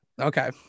okay